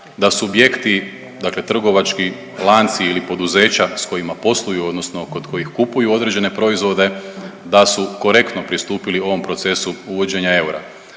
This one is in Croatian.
da subjekti, dakle trgovački lanci ili poduzeća s kojima posluju odnosno kod kojih kupuju određene proizvode da su korektno pristupili ovom procesu uvođenja eura.